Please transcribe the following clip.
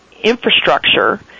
infrastructure